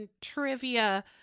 trivia